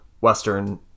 western